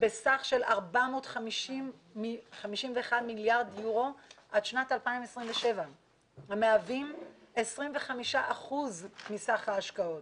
בסך של 451 מיליארד יורו עד שנת 2027 המהווים 25 אחוזים מסך ההשקעות.